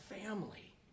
family